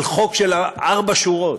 על חוק של ארבע שורות,